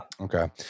Okay